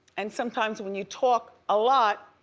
and sometimes when you talk a lot,